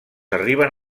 arriben